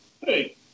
hey